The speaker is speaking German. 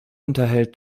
unterhält